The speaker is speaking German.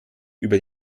über